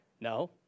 No